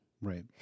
Right